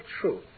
truth